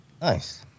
Nice